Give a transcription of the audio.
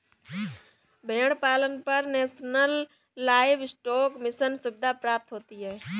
भेड़ पालन पर नेशनल लाइवस्टोक मिशन सुविधा प्राप्त होती है